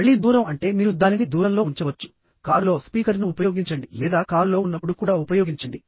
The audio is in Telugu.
మళ్ళీ దూరం అంటే మీరు దానిని దూరంలో ఉంచవచ్చు కారులో స్పీకర్ను ఉపయోగించండి లేదా కారులో ఉన్నప్పుడు కూడా ఉపయోగించండి